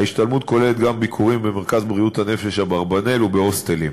ההשתלמות כוללת גם ביקורים במרכז בריאות הנפש אברבנאל ובהוסטלים.